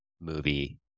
movie